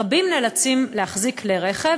רבים נאלצים להחזיק כלי רכב,